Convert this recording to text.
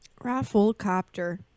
Rafflecopter